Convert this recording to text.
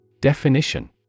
Definition